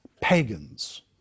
pagans